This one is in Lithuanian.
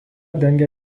dengia